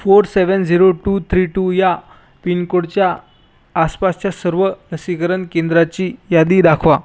four seven zero two three two या पिनकोडच्या आसपासच्या सर्व लसीकरण केंद्रांची यादी दाखवा